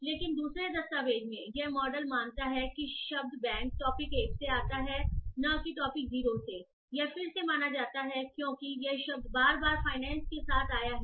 लेकिन दूसरे दस्तावेज़ में यह मॉडल मानता है कि शब्द बैंक टॉपिक 1 से आता है न कि टॉपिक 0 से यह फिर से माना जाता है क्योंकि यह शब्द बार बार फाइनेंस के साथ आया है